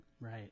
right